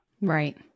right